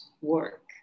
work